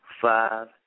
Five